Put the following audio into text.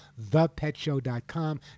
thepetshow.com